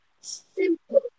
simple